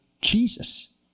Jesus